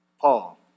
Paul